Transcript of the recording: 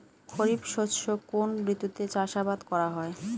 খরিফ শস্য কোন ঋতুতে চাষাবাদ করা হয়?